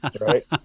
right